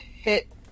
hit